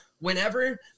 whenever